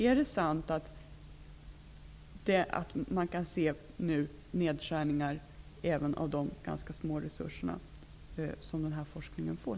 Är det sant att det kommer att ske nedskärningar även av de ganska små resurser som den här forskningen får?